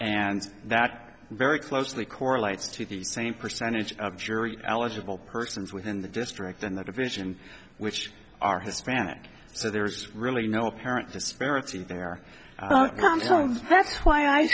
and that very closely correlates to the same percentage of jury eligible persons within the district and the division which are hispanic so there's really no apparent disparity there